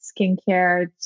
skincare